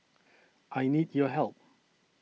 I need your help